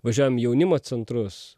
važiuojam į jaunimo centrus